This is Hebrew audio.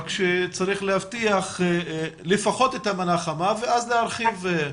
רק שצריך להבטיח לפחות את המנה חמה ואז להרחיב.